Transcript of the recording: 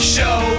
Show